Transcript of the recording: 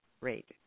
rate